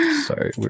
Sorry